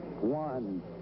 one